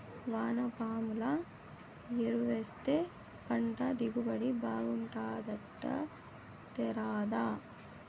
వానపాముల ఎరువేస్తే పంట దిగుబడి బాగుంటాదట తేరాదా